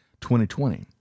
2020